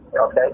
Okay